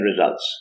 results